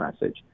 message